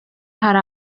hari